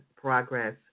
progress